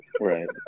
Right